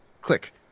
Click